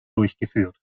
durchgeführt